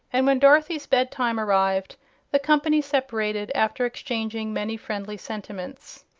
and when dorothy's bed time arrived the company separated after exchanging many friendly sentiments.